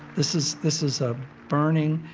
this is this is a burning,